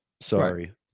Sorry